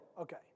okay